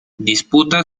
disputa